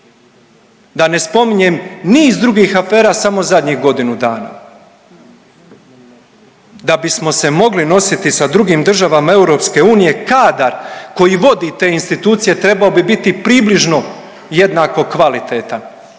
Da ne spominjem niz drugih afera samo zadnjih godinu dana, da bismo se mogli nositi sa drugim državama EU kadar koji vodi te institucije trebao bi biti približno jednako kvalitetan